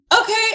Okay